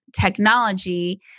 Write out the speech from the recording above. technology